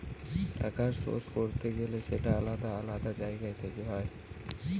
টাকার সোর্স করতে গেলে সেটা আলাদা আলাদা জায়গা থেকে হয়